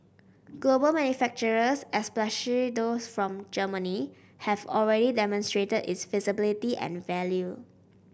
global manufacturers especially those from Germany have already demonstrated its feasibility and value